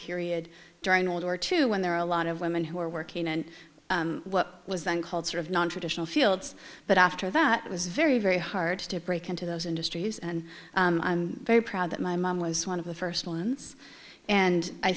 period during world war two when there are a lot of women who are working and what was then called sort of nontraditional fields but after that was very very hard to break into those industries and i'm very proud that my mom was one of the first ones and i